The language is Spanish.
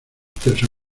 terso